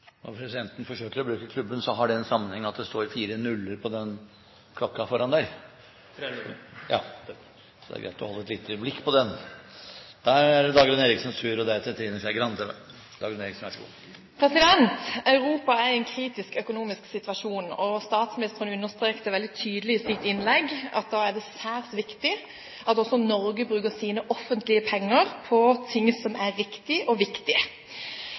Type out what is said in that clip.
Når presidenten forsøker å bruke klubben, har det sammenheng med at det står fire nuller på klokken foran der. Tre nullar. Så det er greit å holde et lite blikk på den. Europa er i en kritisk økonomisk situasjon, og statsministeren understreket veldig tydelig i sitt innlegg at da er det særs viktig at også Norge bruker sine offentlige penger på ting som er riktige og viktige.